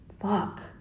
Fuck